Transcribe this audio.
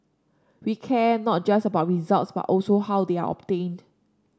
we care not just about results but also how they are obtained